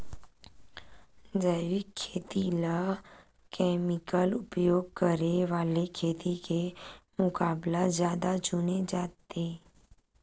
जैविक खेती ला केमिकल उपयोग करे वाले खेती के मुकाबला ज्यादा चुने जाते